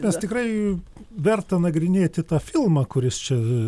nes tikrai verta nagrinėti tą filmą kuris čia